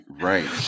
right